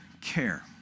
care